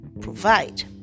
provide